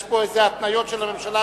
יש פה התניות של הממשלה.